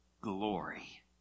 Glory